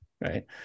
right